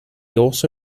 also